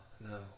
No